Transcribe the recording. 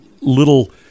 little